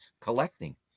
collecting